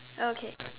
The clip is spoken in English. okay